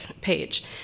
page